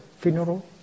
funeral